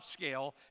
upscale